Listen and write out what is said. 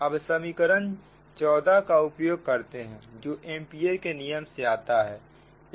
अब समीकरण 14 का उपयोग करते हैं जो एंपियर के नियम से आता है